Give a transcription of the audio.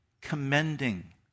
commending